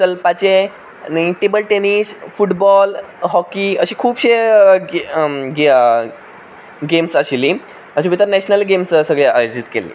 चलपाचें मागीर table tennis football hockey अशे खुबशे गॅम्स आशिल्लीं हाचे भितर नेशनल गॅम्स सगळे आयोजीत केल्लीं